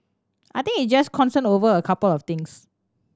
I think it's just concern over a couple of things